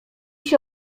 się